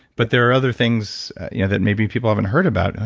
but there are other things you know that maybe people haven't heard about